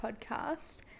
podcast